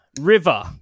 River